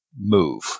move